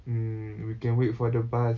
mm we can wait for the bus